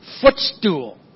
footstool